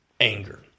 anger